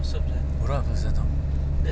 insyallah but I will just use your set ah